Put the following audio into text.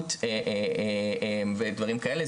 מנהיגות ודברים כאלה,